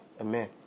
Amen